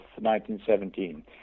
1917